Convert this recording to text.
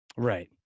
Right